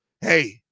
hey